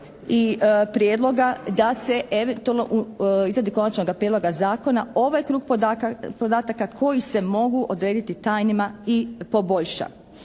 i prijedloga da se eventualno izradi konačnoga prijedloga zakona, ovaj krug podataka koji se mogu odrediti tajnima i poboljša.